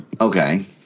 Okay